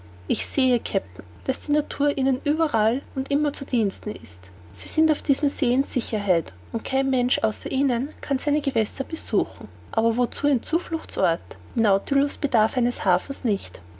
ich sehe kapitän daß die natur ihnen überall und immer zu diensten ist sie sind auf diesem see in sicherheit und kein mensch außer ihnen kann seine gewässer besuchen aber wozu ein zufluchtsort der nautilus bedarf eines hafens nicht